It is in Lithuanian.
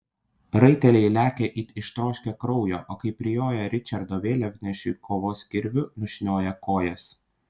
raiteliai lekia it ištroškę kraujo o kai prijoja ričardo vėliavnešiui kovos kirviu nušnioja kojas